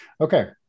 Okay